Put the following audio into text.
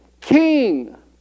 king